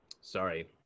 sorry